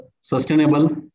sustainable